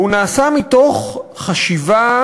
והוא נעשה מתוך חשיבה